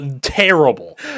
terrible